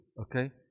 Okay